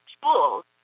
schools